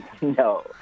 No